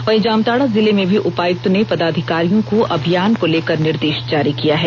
वहीं जामताड़ा जिले में भी उपायुक्त ने पदाधिकारियों को अभियान को लेकर निर्देष जारी किया है